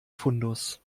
fundus